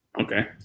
Okay